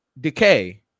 Decay